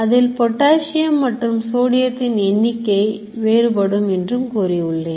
அதில் பொட்டாசியம் மற்றும் சோடியத்தின் எண்ணிக்கை வேறுபடும் என்றும் கூறியுள்ளேன்